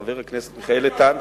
חבר הכנסת מיכאל איתן,